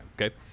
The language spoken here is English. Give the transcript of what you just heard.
Okay